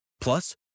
Plus